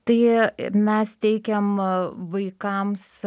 tai i mes teikiam vaikams